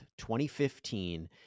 2015